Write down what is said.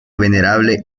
venerable